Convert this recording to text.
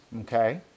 Okay